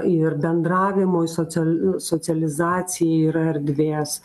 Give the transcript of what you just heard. ir bendravimui social socializacijai yra erdvės